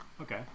Okay